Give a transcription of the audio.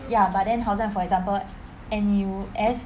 ya but then 好像 for example N_U_S